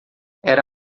era